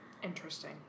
Interesting